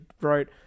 wrote